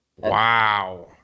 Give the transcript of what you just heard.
Wow